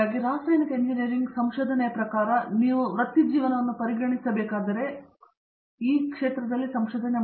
ಹಾಗಾಗಿ ರಾಸಾಯನಿಕ ಎಂಜಿನಿಯರಿಂಗ್ ಸಂಶೋಧನೆಯ ಪ್ರಕಾರ ನೀವು ವೃತ್ತಿಜೀವನವನ್ನು ಪರಿಗಣಿಸಬೇಕಾದರೆ ಅದರಲ್ಲಿ ಹೋಗಬೇಕು ಎಂದು ನಾನು ಹೇಳುತ್ತೇನೆ